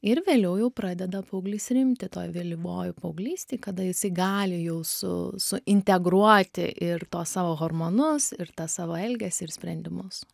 ir vėliau jau pradeda paauglys rimti toj vėlyvoj paauglystėj kada jisai gali jau su suintegruoti ir tuos savo hormonus ir tą savo elgesį ir sprendimus